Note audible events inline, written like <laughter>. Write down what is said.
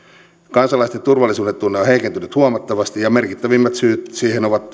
kansalaisten turvallisuudentunne on heikentynyt huomattavasti ja merkittävimmät syyt siihen ovat <unintelligible>